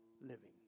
Living